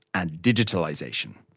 and digitalisation.